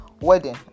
wedding